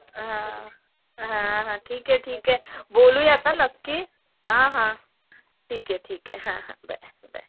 हं हं हं ठीक आहे ठीक आहे बोलूयात हं नक्की हां हां ठीक आहे ठीक आहे हां हां बाय बाय